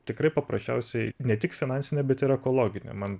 tikrai paprasčiausiai ne tik finansinė bet ir ekologinė man